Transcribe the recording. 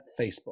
Facebook